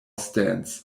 stands